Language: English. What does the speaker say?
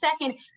second